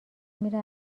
میره